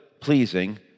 pleasing